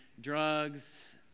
drugs